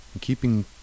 keeping